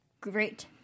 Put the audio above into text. great